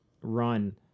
run